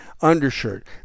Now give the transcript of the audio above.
undershirt